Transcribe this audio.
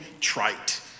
trite